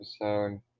episode